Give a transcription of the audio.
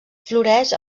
floreix